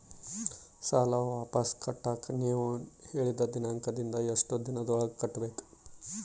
ಸಾಲ ವಾಪಸ್ ಕಟ್ಟಕ ನೇವು ಹೇಳಿದ ದಿನಾಂಕದಿಂದ ಎಷ್ಟು ದಿನದೊಳಗ ಕಟ್ಟಬೇಕು?